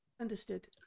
understood